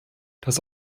dass